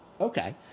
Okay